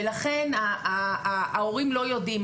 ולכן ההורים לא יודעים,